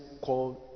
called